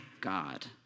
God